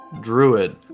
druid